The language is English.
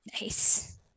Nice